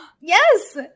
Yes